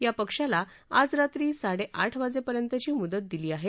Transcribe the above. या पक्षाला आज रात्री साडे आठ वाजेपर्यंतची मुदत दिली आहे